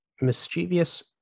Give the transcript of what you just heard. mischievous